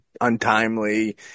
untimely